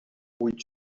huit